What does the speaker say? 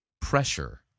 pressure